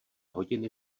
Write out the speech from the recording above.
hodiny